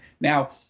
Now